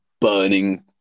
burning